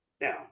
Now